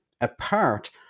apart